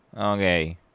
okay